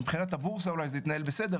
מבחינת הבורסה זה אולי התנהל בסדר,